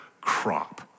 crop